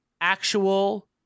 actual